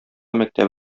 мәктәп